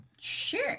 Sure